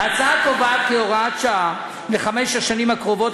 ההצעה קובעת כהוראת שעה לחמש השנים הקרובות